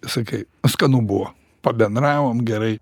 sakai skanu buvo pabendravom gerai